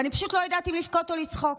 ואני פשוט לא יודעת אם לבכות או לצחוק.